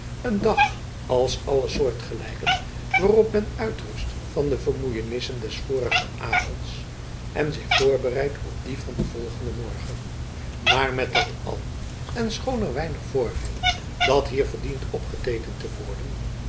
een dag als alle soortgelijken waarop men uitrust van de vermoeienissen des vorigen avonds en zich voorbereidt op die van den volgenden morgen maar met dat al en schoon er weinig voorviel dat hier verdient opgeteekend te worden